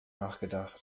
nachgedacht